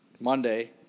Monday